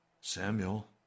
Samuel